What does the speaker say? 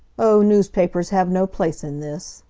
oh, newspapers have no place in this.